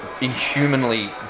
inhumanly